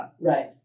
Right